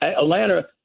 Atlanta